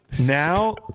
now